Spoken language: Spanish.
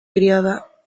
criada